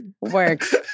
Works